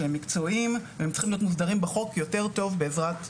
שהם מקצועיים והם צריכים להיות מוסדרים בחוק יותר טוב בעזרת כולנו.